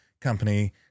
company